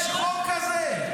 יש חוק כזה.